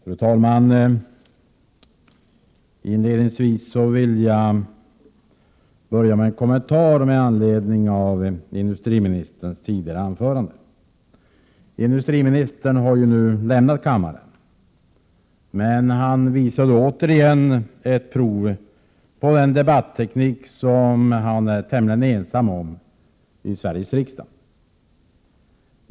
Fru talman! Inledningsvis vill jag göra en kommentar med anledning av industriministerns tidigare anförande. Industriministern har nu visserligen lämnat kammaren. Men jag vill ändå säga att han återigen har visat prov på en debatteknik som han är tämligen ensam om i Sveriges riksdag.